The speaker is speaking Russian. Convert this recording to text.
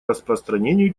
распространению